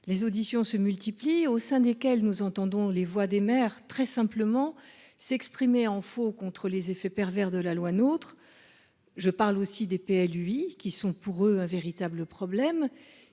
Les auditions se multiplient au sein desquels nous entendons les voix des maires très simplement s'exprimer en faux contre les effets pervers de la loi notre. Je parle aussi des lui qui sont pour eux un véritable problème